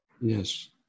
Yes